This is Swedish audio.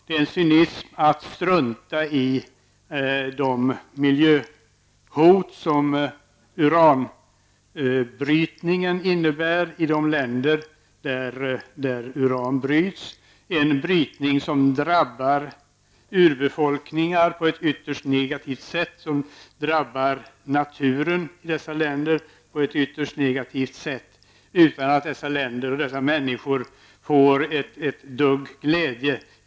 Det är en cynism att strunta i de miljöhot som uranbrytningen innebär i de länder där uran bryts, en brytning som drabbar urbefolkningar på ett ytterst negativt sätt och som drabbar naturen i dessa länder på ett ytterst negativt sätt, utan att länderna och människorna får ett dugg glädje av hanteringen.